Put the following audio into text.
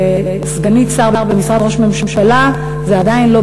סגנית שר במשרד ראש הממשלה זה עדיין לא